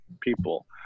people